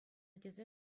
тесе